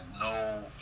no